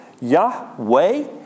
Yahweh